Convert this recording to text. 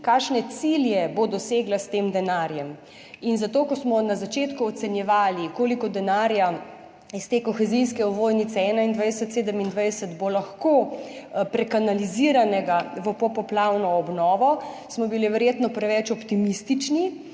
kakšne cilje bo dosegla s tem denarjem. In zato smo bili, ko smo na začetku ocenjevali, koliko denarja iz te kohezijske ovojnice 2021–2027 bo lahko prekanaliziranega v popoplavno obnovo, verjetno preveč optimistični